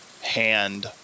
hand